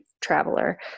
traveler